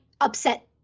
upset